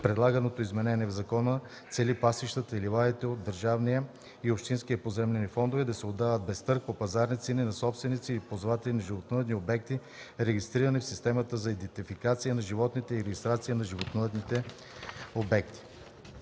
Предлаганото изменение в закона цели пасищата и ливадите от държавния и общинския поземлени фондове да се отдават без търг по пазарни цени на собственици или ползватели на животновъдни обекти, регистрирани в Системата за идентификация на животните и регистрация на животновъдните обекти,